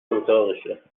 اتاقشه